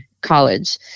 college